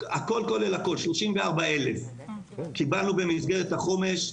הכול כולל הכול 34,000. קיבלנו במסגרת החומש,